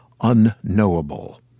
unknowable